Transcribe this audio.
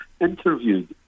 interviewed